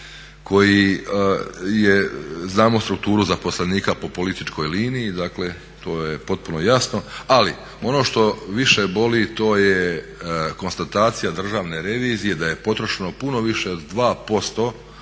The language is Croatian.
koji je znamo strukturu zaposlenika po političkoj liniji, dakle to je potpuno jasno. Ali, ono što više boli to je konstatacija Državne revizije da je potrošeno puno više od 2%